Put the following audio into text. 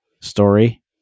story